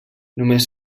només